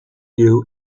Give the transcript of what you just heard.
you